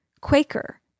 Quaker